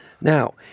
Now